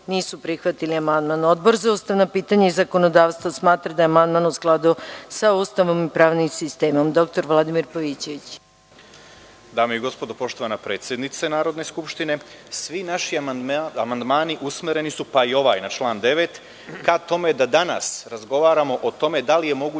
nisu prihvatili amandman. Odbor za ustavna pitanja i zakonodavstvo smatra da je amandman u skladu sa Ustavom i pravnim sistemom. Reč ima dr Vladimir Pavićević. **Vladimir Pavićević** Dame i gospodo, poštovana predsednice Narodne skupštine, svi naši amandmani, pa i ovaj na član 9, usmereni su ka tome da danas razgovaramo o tome da li je moguće